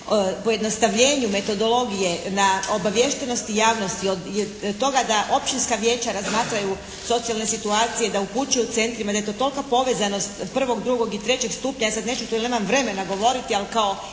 pojednostavljenju metodologije, na obaviještenosti javnosti, od toga da općinska vijeća razmatraju socijalne situacije, da upućuju centrima, da je to toliko povezanost prvog, drugog i trećeg stupnja. Ja sad neću to, jer nemam vremena govoriti. Ali kao